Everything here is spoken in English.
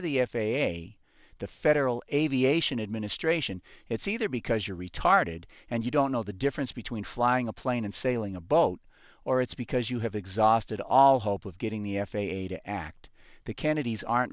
of the f a a the federal aviation administration it's either because you're retarded and you don't know the difference between flying a plane and sailing a boat or it's because you have exhausted all hope of getting the f a a to act the kennedys aren't